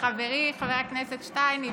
חברי חבר הכנסת שטייניץ,